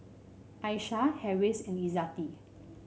Aisyah Harris and Izzati